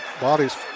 Bodies